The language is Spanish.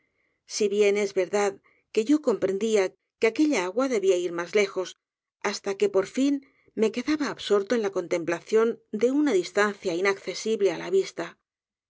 si bien es verdad que yo comprendía que aquella agua debía ir mas lejos hasta que por fin me quedaba absorto en la contemplación de una distancia inaccesible á la vista